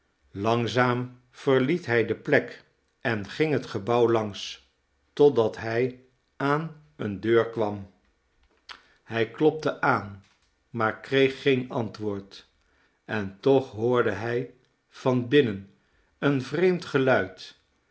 langzaam verliet hij de plek en ging het gebouw langs totdat hij aan eene deur kwam hij klopte aan maar kreeg geen antwoord en toch hoorde hij van binnen een vreemd geluid